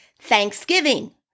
Thanksgiving